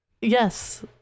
Yes